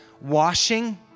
washing